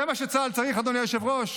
זה מה שצה"ל צריך, אדוני היושב-ראש?